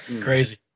Crazy